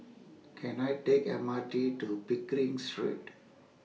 Can I Take M R T to Pickering Street